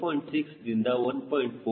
6 ದಿಂದ 1